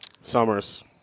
Summers